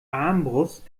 armbrust